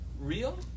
real